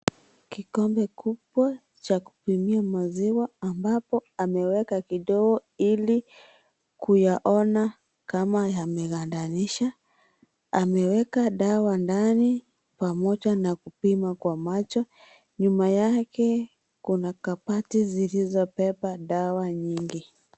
Kikombe kubwa cha kupimia maziwa ambapo ameweka kidogo ili kuyaona kama yamegandanisha , ameweka dawa ndani pamoja na kupima kwa macho . Nyuma yake kuna kabati zilizobeba dawa nyingi.